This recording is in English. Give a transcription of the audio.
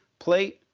plate,